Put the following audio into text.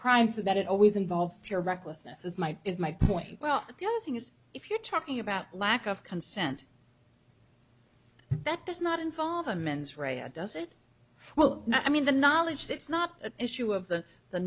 crime so that it always involves pure recklessness as my is my point well the other thing is if you're talking about lack of consent that does not involve a mens rea a does it well i mean the knowledge that's not the issue of the the